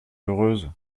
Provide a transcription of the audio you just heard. heureuse